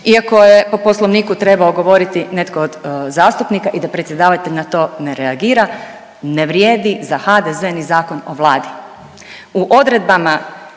iako je po Poslovniku trebao govoriti netko od zastupnika i da predsjedavatelj na to ne reagira. Ne vrijedi za HDZ ni Zakon o Vladi. U odredbama